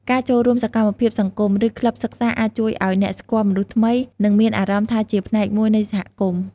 ការចូលរួមសកម្មភាពសង្គម ឬក្លឹបសិក្សាអាចជួយឲ្យអ្នកស្គាល់មនុស្សថ្មី និងមានអារម្មណ៍ថាជាផ្នែកមួយនៃសហគមន៍។